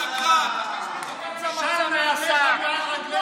שקרן, אתה שקרן.